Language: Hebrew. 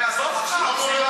עזוב אותך.